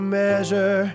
measure